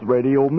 Radio